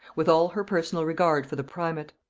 with all her personal regard for the primate,